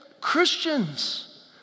Christians